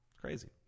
Crazy